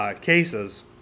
cases